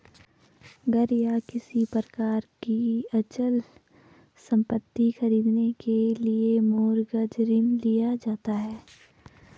घर या किसी प्रकार की अचल संपत्ति खरीदने के लिए मॉरगेज ऋण लिया जाता है